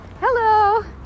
Hello